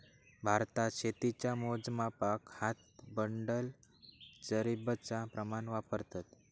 भारतात शेतीच्या मोजमापाक हात, बंडल, जरीबचा प्रमाण वापरतत